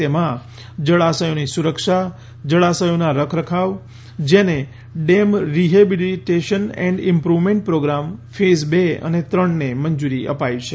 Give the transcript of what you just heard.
તેમાં જળાશયોની સુરક્ષા જળાશયોનાં રખરખાવ જેને dam rehabilitation and improvement programme phase બે અને ત્રણને મંજૂરી અપાઈ છે